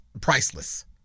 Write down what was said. priceless